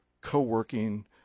co-working